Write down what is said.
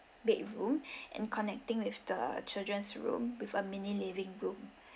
bedroom and connecting with the children's room with a mini living room